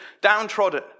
downtrodden